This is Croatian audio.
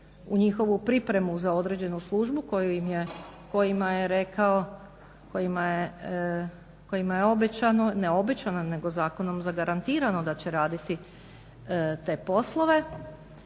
u njihovu pripremu za određenu službu kojima je obećano, ne obećano nego zakonom zagarantirano da će raditi te poslove